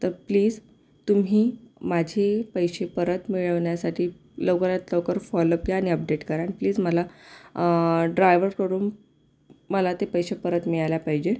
तर प्लीज तुम्ही माझी पैसे परत मिळवण्यासाठी लवकरात लवकर फॉलोअप घ्या आणि अपडेट करा आणि प्लीज मला ड्रायव्हरकडून मला ते पैसे परत मिळायला पाहिजे